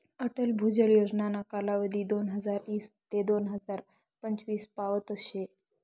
अटल भुजल योजनाना कालावधी दोनहजार ईस ते दोन हजार पंचवीस पावतच शे